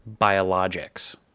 biologics